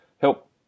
help